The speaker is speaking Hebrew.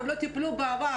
או לא טיפלו בעבר,